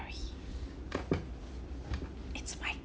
sorry it's my